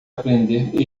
aprender